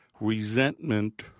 resentment